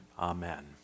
Amen